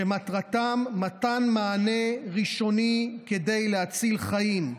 שמטרתם מתן מענה ראשוני כדי להציל חיים.